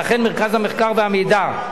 ואכן, מרכז המחקר והמידע,